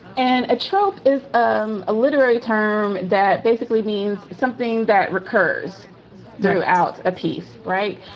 and a trope is um a literary term that basically means something that recurs throughout a piece. right.